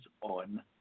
on